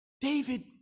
David